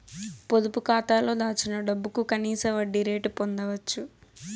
పొదుపు కాతాలో దాచిన డబ్బుకు కనీస వడ్డీ రేటు పొందచ్చు